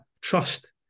trust